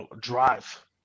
drive